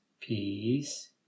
Peace